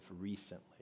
recently